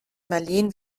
marleen